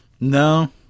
No